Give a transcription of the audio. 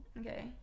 okay